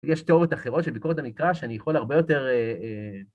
יש תיאוריות אחרות של ביקורת המקרא שאני יכול הרבה יותר...